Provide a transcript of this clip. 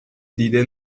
دیده